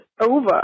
over